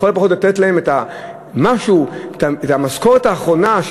לכל הפחות, לתת להם משהו, את המשכורת האחרונה.